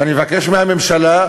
אני מבקש מהממשלה,